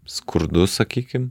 skurdus sakykim